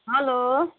hello